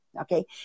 Okay